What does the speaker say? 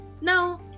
Now